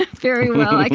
and very well, like